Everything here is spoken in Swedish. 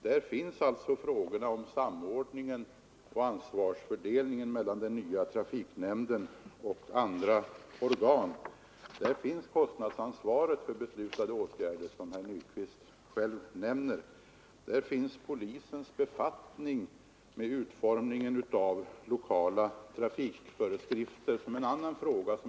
Här finns alltså frågorna om samordningen och ansvarsfördelningen mellan den nya trafiknämnden och andra organ. Här finns kostnadsansvaret för beslutade åtgärder, som herr Nyquist själv nämnde. Här finns polisens befattning med utformningen av lokala trafikföreskrifter.